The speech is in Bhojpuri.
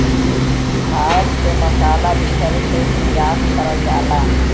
भारत से मसाला दूसरे देश निर्यात करल जाला